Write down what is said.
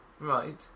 Right